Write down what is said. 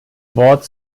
wort